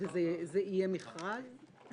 זה יהיה מכרז?